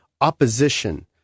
opposition